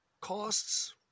costs